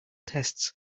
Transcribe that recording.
tests